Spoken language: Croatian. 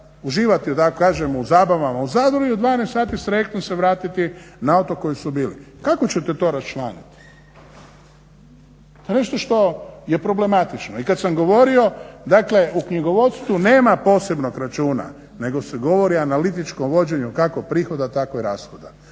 uživati u zabavama u Zadru i u 12 sati sa trajektom se vratiti na otok koji su bili. Kako ćete to raščlaniti? To je nešto što je problematično. I kada sam govorio u knjigovodstvu nema posebnog računa nego se govori analitičkom vođenju kako prihoda tako i rashoda.